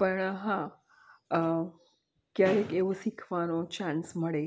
પણ હા ક્યારેક એવું શીખવાનો ચાંસ મળે